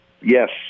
Yes